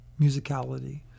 musicality